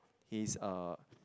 he's uh